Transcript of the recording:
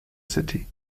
city